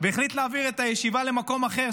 והחליט להעביר את הישיבה למקום אחר,